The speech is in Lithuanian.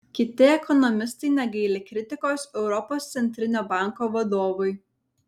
kiti ekonomistai negaili kritikos europos centrinio banko vadovui